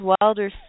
Wilder